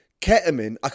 ketamine